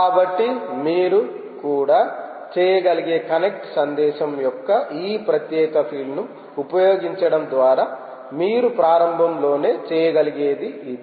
కాబట్టి మీరు కూడా చేయగలిగే కనెక్ట్ సందేశం యొక్క ఈ ప్రత్యేక ఫీల్డ్ను ఉపయోగించడం ద్వారా మీరు ప్రారంభంలోనే చేయగలిగేది ఇది